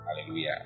Hallelujah